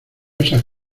esas